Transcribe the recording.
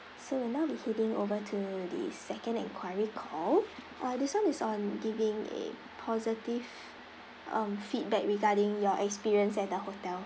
so we'll now be heading over to the second enquiry call uh this [one] is on giving a positive um feedback regarding your experience at the hotel